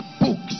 books